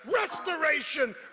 restoration